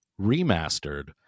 Remastered